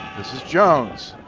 this is jones,